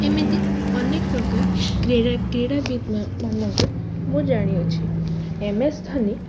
ଏମିତି ଅନେକ ପ୍ରକାର କ୍ରୀଡ଼ାବିତ୍ମାନଙ୍କୁ ମୁଁ ଜାଣିଅଛି ଏମ୍ ଏସ୍ ଧୋନି